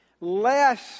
less